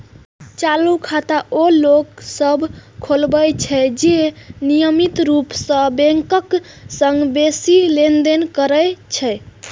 चालू खाता ओ लोक सभ खोलबै छै, जे नियमित रूप सं बैंकक संग बेसी लेनदेन करै छै